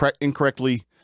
incorrectly